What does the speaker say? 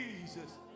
Jesus